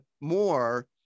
more